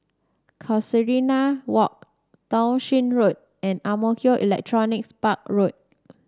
Casuarina Walk Townshend Road and Ang Mo Kio Electronics Park Road